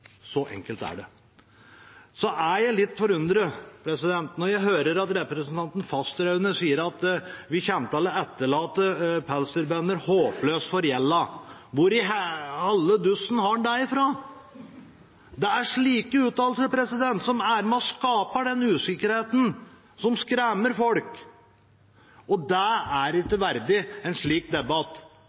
Så enkelt er det. Jeg blir litt forundret når jeg hører representanten Fasteraune si at vi kommer til å etterlate pelsdyrbønder håpløst forgjeldet. Hvor i helledussen har han det fra? Det er slike uttalelser som er med på å skape den usikkerheten som skremmer folk, og det er ikke verdig en slik debatt.